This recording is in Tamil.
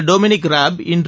டொமினிக் ராட் இன்று